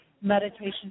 meditation